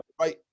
right